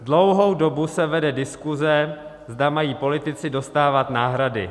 Dlouhou dobu se vede diskuze, zda mají politici dostávat náhrady.